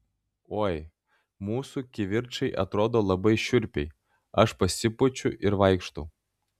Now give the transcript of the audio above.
oi mūsų kivirčai atrodo labai šiurpiai aš pasipučiu ir vaikštau